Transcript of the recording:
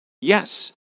Yes